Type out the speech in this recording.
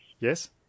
Yes